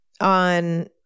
on